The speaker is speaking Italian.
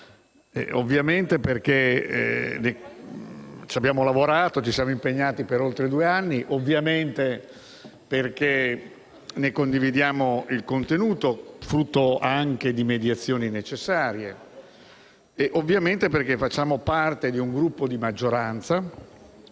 Ovviamente perché ci abbiamo lavorato e ci siamo impegnati per oltre due anni; ovviamente perché ne condividiamo il contenuto, frutto anche di mediazioni necessarie; e ovviamente perché facciamo parte di un Gruppo di maggioranza